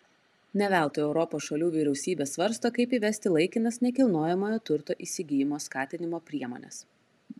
ne veltui europos šalių vyriausybės svarsto kaip įvesti laikinas nekilnojamojo turto įsigijimo skatinimo priemones